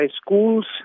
schools